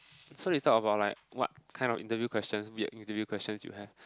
so they talk about like what kind of interview question weird interview questions you have